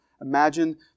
Imagine